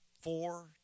four